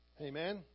Amen